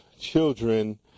children